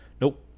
Nope